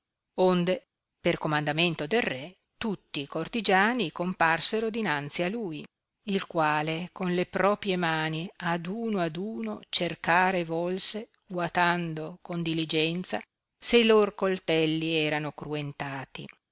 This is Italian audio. onde per comandamento del re tutti e cortigiani comparsero dinanzi a lui il quale con le propie mani ad uno ad uno cercare volse guatando con diligenza se i lor coltelli erano cruentati